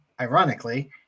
ironically